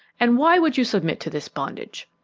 and why would you submit to this bondage?